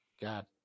God